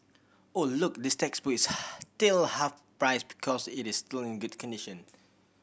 oh look this textbook is still half price because it is still in good condition